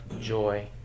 joy